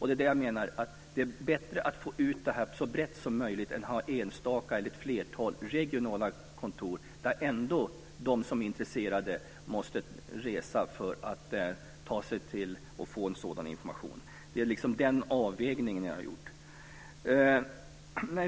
Det är det jag menar: Det är bättre att få ut det här så brett som möjligt än att ha enstaka eller ett flertal regionala kontor dit ändå de som är intresserade måste resa för att få sådan information. Det är den avvägningen jag har gjort.